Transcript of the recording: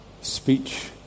speech